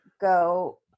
go